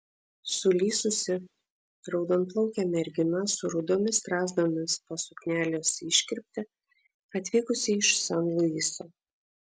sulysusi raudonplaukė mergina su rudomis strazdanomis po suknelės iškirpte atvykusi iš san luiso